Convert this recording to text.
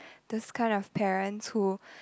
those kind of parents who